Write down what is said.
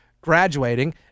graduating